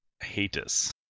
haters